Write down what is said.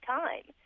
time